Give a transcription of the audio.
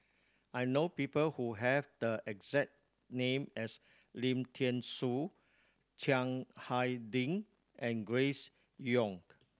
I know people who have the exact name as Lim Thean Soo Chiang Hai Ding and Grace Young